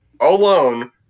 alone